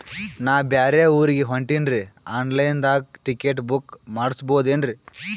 ನಾ ಬ್ಯಾರೆ ಊರಿಗೆ ಹೊಂಟಿನ್ರಿ ಆನ್ ಲೈನ್ ದಾಗ ಟಿಕೆಟ ಬುಕ್ಕ ಮಾಡಸ್ಬೋದೇನ್ರಿ?